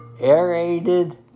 aerated